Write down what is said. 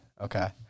Okay